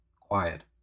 Quiet